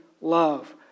love